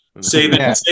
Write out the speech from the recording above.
saving